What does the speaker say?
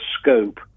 scope